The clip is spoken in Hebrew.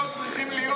זה חילול השם.